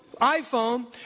iPhone